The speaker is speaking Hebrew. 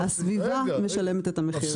הסביבה משלמת את המחיר.